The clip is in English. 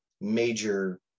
major